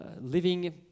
living